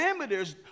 parameters